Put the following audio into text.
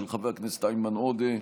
של חבר הכנסת איימן עודה,